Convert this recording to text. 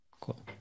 Cool